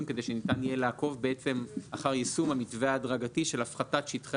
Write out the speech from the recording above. כדי שניתן יהיה לעקוב אחר יישום המתווה ההדרגתי של הפחתת שטחי